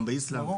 גם באיסלנד.